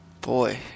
Boy